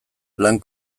lan